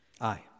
Aye